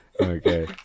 okay